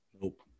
Nope